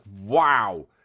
wow